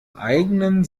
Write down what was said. eigenen